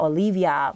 Olivia